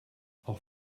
auch